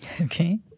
Okay